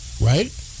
Right